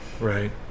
Right